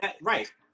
Right